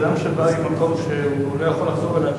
זה אדם שבא ממקום שהוא לא יכול לחזור אליו,